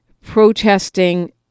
protesting